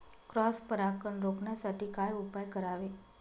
Cross परागकण रोखण्यासाठी काय उपाय करावे?